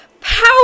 power